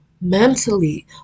mentally